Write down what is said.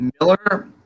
Miller –